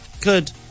Good